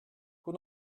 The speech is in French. pour